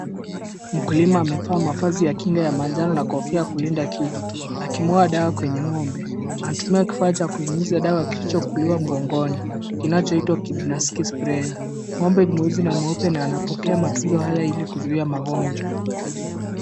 Mkulima amevaa mavazi ya kinga ya manjano na kofia ya kulinda kichwa. Aki mwaga dawa kwenye ng'ombe, anatumia kifaa cha kuingiza dawa kilichokuliwa mgongoni. Kinachoitwa kidnastic sprayer . Ng'ombe ni muuzi na mweupe na anapokea matunzo haya ili kuzuia magonjwa.